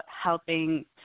helping